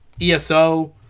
ESO